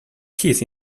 keys